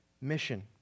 mission